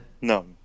No